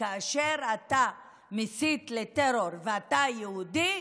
כאשר אתה מסית לטרור ואתה יהודי,